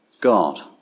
God